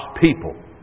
people